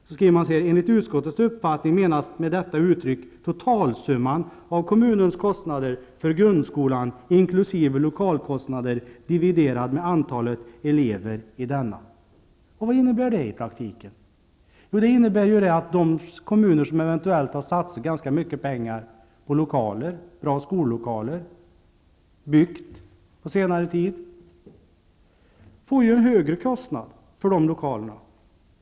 Man skriver: ''Enligt utskottets uppfattning menas med detta uttryck totalsumman av kommunens kostnader för grundskolan inkl. lokalkostnader, dividerad med antalet elever i denna.'' Vad innebär det i praktiken? Jo, det innebär att de kommuner som eventuellt har satsat ganska mycket pengar på bra skollokaler och som har byggt på senare tid får en högre kostnad för sina lokaler.